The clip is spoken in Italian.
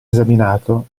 esaminato